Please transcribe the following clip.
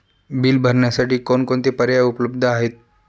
Bill भरण्यासाठी कोणकोणते पर्याय उपलब्ध आहेत?